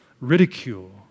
ridicule